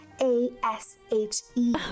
A-S-H-E